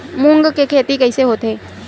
मूंग के खेती कइसे होथे?